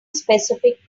specific